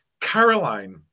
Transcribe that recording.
Caroline